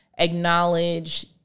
Acknowledge